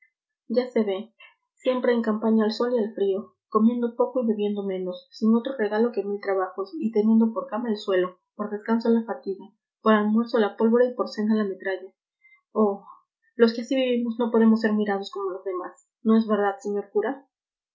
ya se ve siempre en campaña al sol y al frío comiendo poco y bebiendo menos sin otro regalo que mil trabajos y teniendo por cama el suelo por descanso la fatiga por almuerzo la pólvora y por cena la metralla oh los que así vivimos no podemos ser mirados como los demás no es verdad señor cura